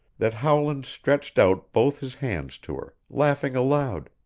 that howland stretched out both his hands to her, laughing aloud.